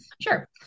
sure